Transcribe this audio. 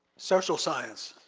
social science.